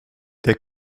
der